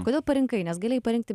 kodėl parinkai nes galėjai parinkti